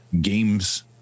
games